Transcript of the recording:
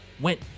went